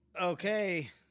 Okay